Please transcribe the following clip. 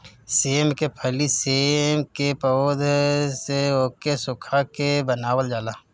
सेम के फली सेम के पौध से ओके सुखा के बनावल जाला